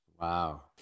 Wow